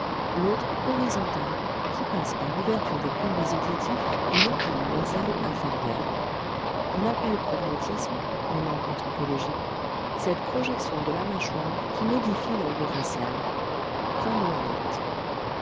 l'autre horizontal qui passe par l'ouverture des conduits auditifs et l'épine nasale inférieure on appelle prognathisme en langue anthropologique cette projection de la mâchoire qui modifie l'angle facial